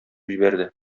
җибәрде